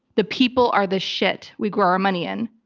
the people are the shit we grow our money in.